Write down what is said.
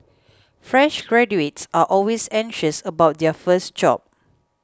fresh graduates are always anxious about their first job